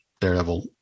Daredevil